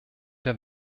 der